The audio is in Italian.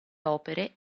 opere